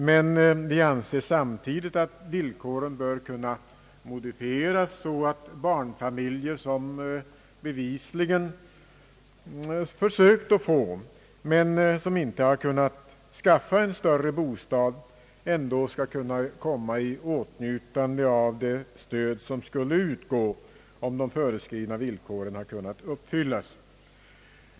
Men vi anser samtidigt att villkoren bör kunna modifieras så att barnfamiljer, som bevisligen har försökt att få mmen som inte har kunnat skaffa en större bostad, ändå skall kunna komma i åtnjutande av det stöd som skulle ha utgått, om de föreskrivna villkoren hade kunnat uppfyllas.